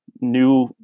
new